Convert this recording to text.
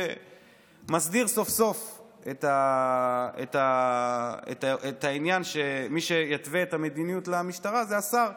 שמסדיר סוף-סוף את העניין שמי שיתווה את המדיניות למשטרה זה השר,